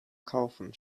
kaufen